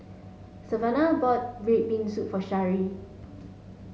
Savanah bought red bean soup for Shari